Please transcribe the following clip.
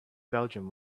belgium